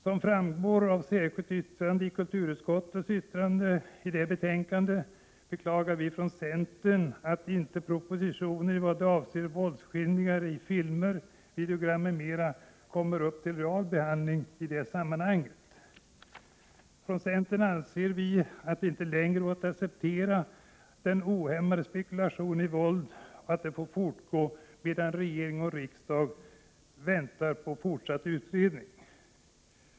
Som framgår av ett särskilt yttrande beklagar vi från centern att inte propositionens förslag i vad avser våldsskildringar i filmer, videogram m.m. kommer upp till behandling i detta sammanhang. Från centern anser vi att det inte längre går att acceptera att den ohämmade spekulationen i våld får fortgå medan regering och riksdag väntar på fortsatt utredning.